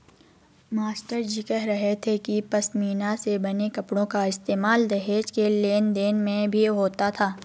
मास्टरजी कह रहे थे कि पशमीना से बने कपड़ों का इस्तेमाल दहेज के लेन देन में भी होता था